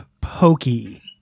Pokey